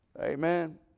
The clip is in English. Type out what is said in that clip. Amen